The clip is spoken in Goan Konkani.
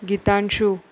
गितांशू